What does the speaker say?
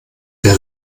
der